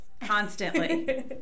constantly